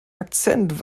akzent